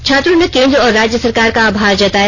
छात्रों ने केन्द्र और राज्य सरकार का आभार जताया